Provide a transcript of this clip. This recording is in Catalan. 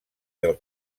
del